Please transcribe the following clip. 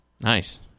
Nice